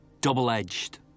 double-edged